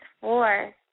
four